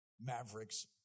Mavericks